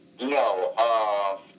No